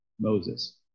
Moses